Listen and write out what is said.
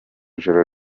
ijoro